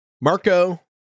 Marco